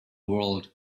world